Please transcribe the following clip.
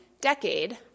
decade